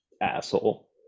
asshole